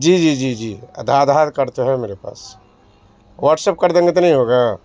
جی جی جی جی آدھار کارڈ تو ہے میرے پاس واٹس ایپ کر دیں گے تو نہیں ہوگا